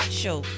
show